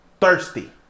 Thirsty